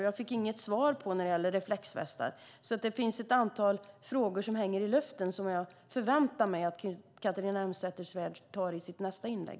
Jag fick inget svar när det gäller reflexvästar. Det finns ett antal frågor som hänger i luften och som jag förväntar mig att Catharina Elmsäter-Svärd tar upp i sitt nästa inlägg.